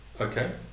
Okay